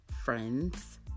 friends